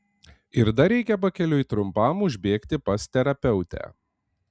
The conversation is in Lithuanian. ir dar reikia pakeliui trumpam užbėgti pas terapeutę